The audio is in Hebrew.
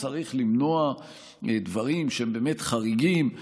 צריך למנוע דברים שהם באמת חריגים,